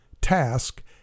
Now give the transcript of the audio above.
task